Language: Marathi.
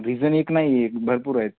रिजन एक नाही आहे भरपूर आहेत